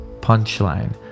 punchline